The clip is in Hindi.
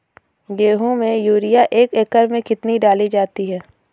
गेहूँ में यूरिया एक एकड़ में कितनी डाली जाती है?